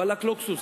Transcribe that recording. וואלכ לוקסוס,